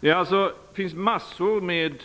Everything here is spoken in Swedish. Det finns alltså massor med